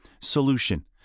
Solution